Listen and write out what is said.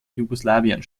jugoslawien